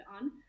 on